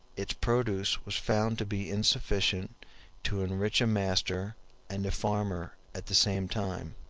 its produce was found to be insufficient to enrich a master and a farmer at the same time.